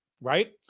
right